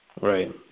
Right